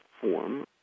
form